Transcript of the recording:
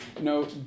no